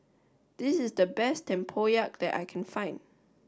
this is the best Tempoyak that I can find